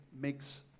makes